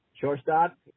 shortstop